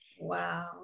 Wow